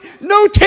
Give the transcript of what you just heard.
no